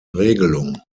regelung